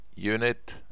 unit